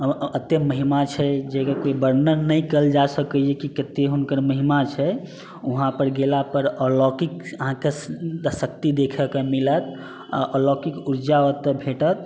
महिमा छै जकर कोइ वर्णन नहि कएल जा सकैए कि कते हुनकर महिमा छै वहाँपर गेलापर अलौकिक अहाँके शक्ति देखैके मिलत अलौकिक उर्जा ओतऽ भेटत